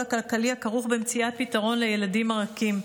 הכלכלי הכרוך במציאת פתרון לילדים הרכים.